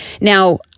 Now